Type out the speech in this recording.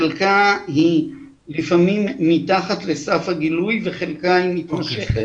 חלקה היא לפעמים מתחת לסף הגילוי וחלקה מתמשכת.